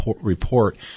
report